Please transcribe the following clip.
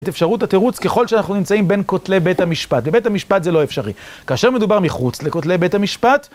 את אפשרות התירוץ ככל שאנחנו נמצאים בין כותלי בית המשפט. בבית המשפט זה לא אפשרי. כאשר מדובר מחוץ לכותלי בית המשפט...